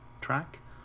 track